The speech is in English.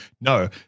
No